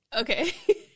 Okay